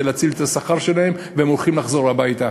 להציל את השכר שלהם והם עומדים לחזור הביתה.